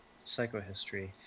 psychohistory